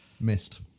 missed